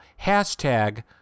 Hashtag